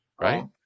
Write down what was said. right